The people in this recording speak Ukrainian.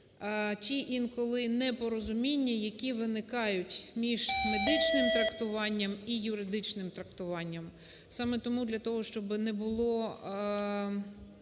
ті інколи непорозуміння, які виникають між медичним трактуванням і юридичним трактуванням. Саме тому для того,